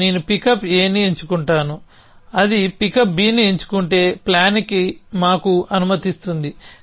మరియు నేను పికప్ Aని ఎంచుకుంటాను అది పికప్ Bని ఎంచుకుంటే ప్లాన్కి మాకు అనుమతినిస్తుంది